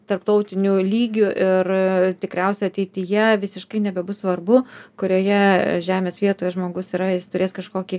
tarptautiniu lygiu ir tikriausiai ateityje visiškai nebebus svarbu kurioje žemės vietoje žmogus yra jis turės kažkokį